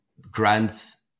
grants